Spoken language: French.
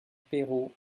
peiro